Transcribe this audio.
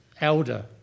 elder